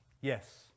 Yes